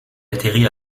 atterrit